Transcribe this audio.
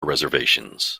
reservations